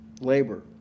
Labor